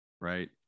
Right